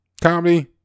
Comedy